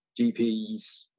GPs